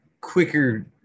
quicker